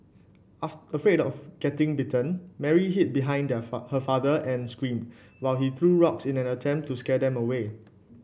afraid of getting bitten Mary hid behind her father and screamed while he threw rocks in an attempt to scare them away